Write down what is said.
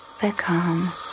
become